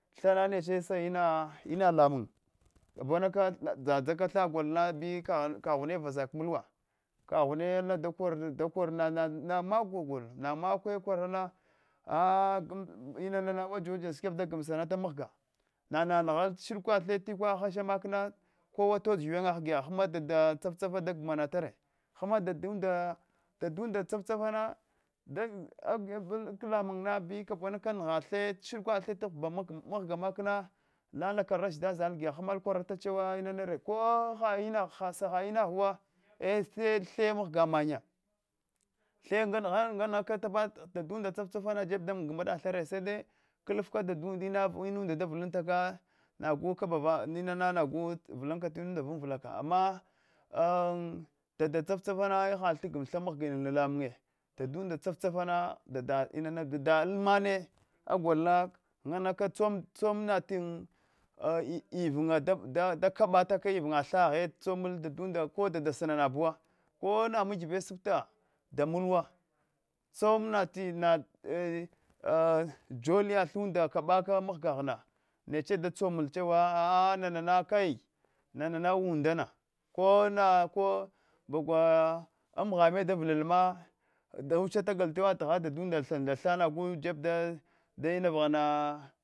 Thana sananech sa ina lamun kabamakona dzadza ka tha golna bikaghum bikaghun vaztak mulwa kaghune alanda korna nana makwa golna makwa golna nama kwe korna a inana waja waja shiket dagamanata mghga nana nghal shirkwa the tikwa hashe makna kowa toda ghiwenyagha giya hamma dada tsaftsafa dagamatare haman dadaunda dadaunda tsaftsafana an kag alan lamun bi kabuwaka ngha shirkwe tha shirkwa the taghba mghga makana lalaka rashida zhal giya hamal kwaranantal chewa inanare ko ha ina ghuwa saha ina ghuva e the mghga mannya the nga ka dadunda tsaftsa fana jeb da ngb nghda the re sede klhafka inunda daulatake nagu kabava inana nagh vlanka tinuda vn ulaka amma a dada tsaftsafana hal tagoma tha mghginu lala mannya dada unda tsaftsatana dada inana dada almanne a golna nana ka tsoma tsom nafa ivinya tha da kobataka thaghe tsommol dada unda ko dadumuda ko sanana buwa kona maghbe sibta mutusa tsom nataygu a toliya tha kabuki inghgaghna neche da tsomal chewa a’a nana kai nana undana kona ka baghla amghmmo davitit ma dawuchataghet tiwa tgha dadadunda nda than nagh jeb davula ina vaghna